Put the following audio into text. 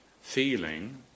feeling